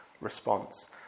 response